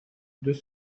deux